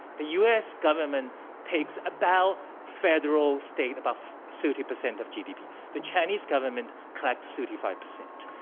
the u. s. government takes about federal state, about so thirty percent of gdp. the chinese government collects thirty five percent.